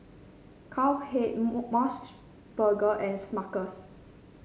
Cowhead MOS burger and Smuckers